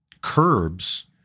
curbs